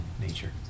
nature